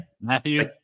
Matthew